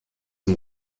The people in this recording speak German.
dem